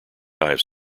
ives